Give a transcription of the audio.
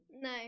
No